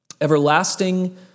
everlasting